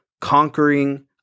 conquering